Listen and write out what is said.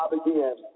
again